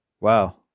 Wow